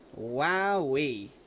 Wowee